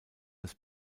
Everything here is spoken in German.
das